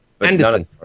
Anderson